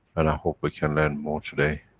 and i hope we can learn more today,